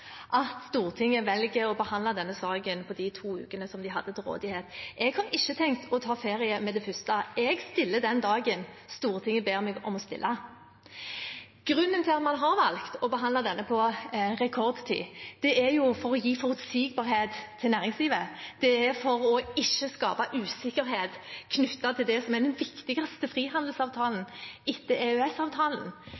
at Stortinget velger å behandle denne saken på de to ukene de hadde til rådighet. Jeg har ikke tenkt å ta ferie med det første. Jeg stiller den dagen Stortinget ber meg om å stille. Når man har valgt å behandle denne avtalen på rekordtid, er det for å gi forutsigbarhet til næringslivet. Det er for ikke å skape usikkerhet knyttet til det som er den viktigste frihandelsavtalen